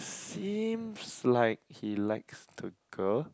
seems like he likes the girl